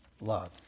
love